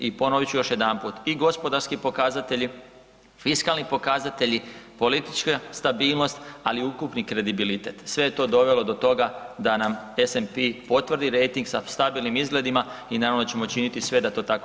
I ponovit ću još jedanput i gospodarski pokazatelji, fiskalni pokazatelji, politička stabilnost, ali i ukupni kredibilitet sve je to dovelo do toga da nam SNP potvrdi rejting sa stabilnim izgledima i naravno da ćemo činiti sve da to tako i dalje ostane.